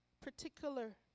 particular